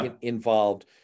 involved